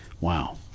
Wow